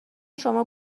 شما